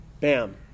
bam